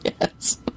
Yes